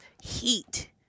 heat